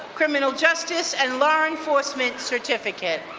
criminal justice and law enforcement certificate.